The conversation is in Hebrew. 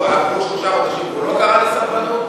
עברו שלושה חודשים והוא לא קרא לסרבנות?